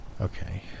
Okay